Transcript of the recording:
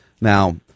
Now